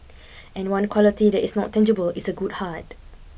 and one quality that is not tangible is a good heart